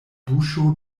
buŝo